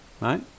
Right